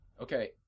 Okay